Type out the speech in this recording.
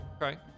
right